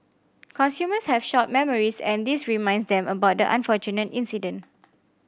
consumers have short memories and this reminds them about the unfortunate incident